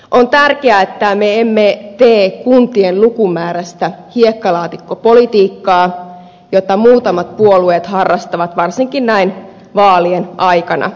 on tärkeää että me emme tee kuntien lukumäärästä hiekkalaatikkopolitiikkaa jota muutamat puolueet harrastavat varsinkin näin vaalien aikana